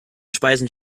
speisen